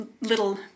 little